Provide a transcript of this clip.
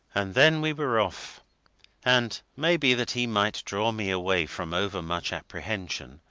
and then we were off and maybe that he might draw me away from over much apprehension,